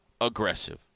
aggressive